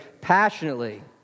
passionately